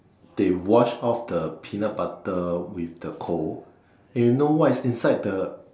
they wash off the peanut butter with the coal and you know what is inside the